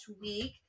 week